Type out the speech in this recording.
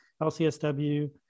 LCSW